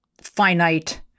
finite